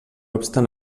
obstant